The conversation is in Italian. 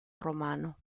romano